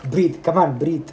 breathe come on breathe